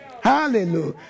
Hallelujah